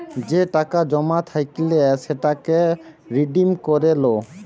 যে টাকা জমা থাইকলে সেটাকে রিডিম করে লো